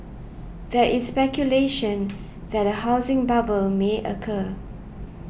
there is speculation that a housing bubble may occur